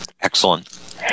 Excellent